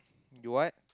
you want